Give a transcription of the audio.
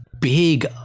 big